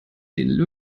den